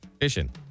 Fishing